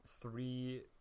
three